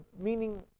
meaning